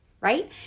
right